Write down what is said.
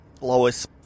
Lois